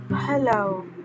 hello